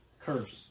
curse